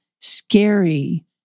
scary